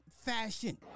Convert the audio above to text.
fashion